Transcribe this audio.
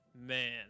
Man